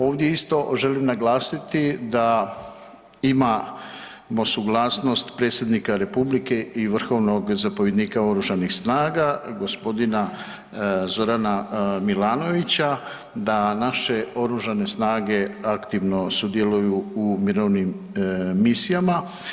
Ovdje isto želim naglasiti da imamo suglasnost predsjednika Republike i vrhovnog zapovjednika oružanih snaga gospodina Zorana Milanovića da naše oružane snage aktivno sudjeluju u mirovnim misijama.